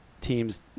teams